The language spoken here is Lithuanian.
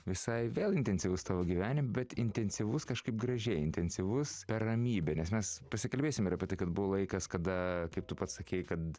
visai vėl intensyvus tavo gyvenime bet intensyvus kažkaip gražiai intensyvus per ramybę nes mes pasikalbėsim ir apie tai kad buvo laikas kada kaip tu pats sakei kad